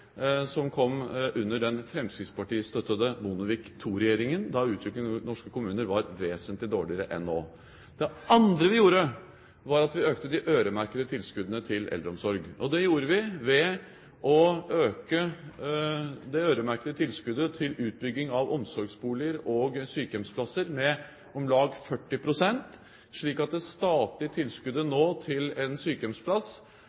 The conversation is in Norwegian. som kom under den fremskrittspartistøttede Bondevik II-regjeringen, da utviklingen i norske kommuner var vesentlig dårligere enn nå. Det andre vi gjorde, var at vi økte de øremerkede tilskuddene til eldreomsorg. Det gjorde vi ved å øke det øremerkede tilskuddet til utbygging av omsorgsboliger og sykehjemsplasser med om lag 40 pst., slik at det statlige tilskuddet